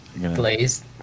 Glazed